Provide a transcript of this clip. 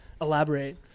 Elaborate